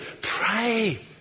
Pray